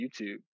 YouTube